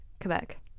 Quebec